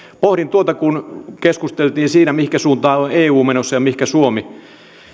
pohdin tuota kun keskusteltiin siitä mihinkä suuntaan on eu menossa ja mihinkä suomi